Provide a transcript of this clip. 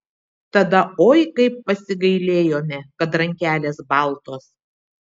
tada oi kaip pasigailėjome kad rankelės baltos